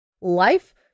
life